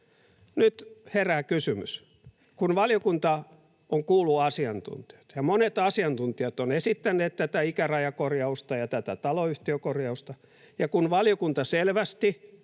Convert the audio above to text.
Nyt kun valiokunta on kuullut asiantuntijoita ja monet asiantuntijat ovat esittäneet tätä ikärajakorjausta ja tätä taloyhtiökorjausta ja kun valiokunta selvästi